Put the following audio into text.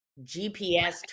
GPS